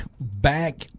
back